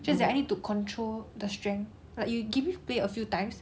just that I need to control the strength like you give me play a few times